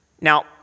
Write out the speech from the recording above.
Now